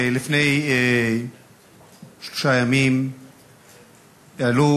לפני שלושה ימים העלו